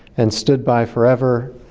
and stood by forever.